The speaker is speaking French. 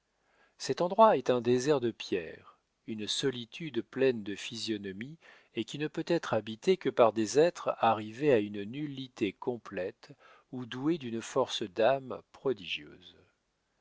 cet endroit est un désert de pierres une solitude pleine de physionomie et qui ne peut être habitée que par des êtres arrivés à une nullité complète ou doués d'une force d'âme prodigieuse